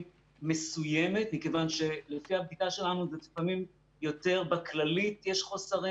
מסוימת מכיוון שלפי הבדיקה שלנו זה לפעמים יותר בכללית יש חוסר,